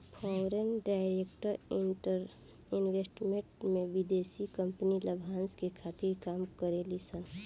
foreign direct investment में विदेशी company लाभांस के खातिर काम करे ली सन